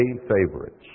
favorites